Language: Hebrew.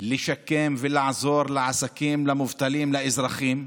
לשקם ולעזור לעסקים, למובטלים, לאזרחים.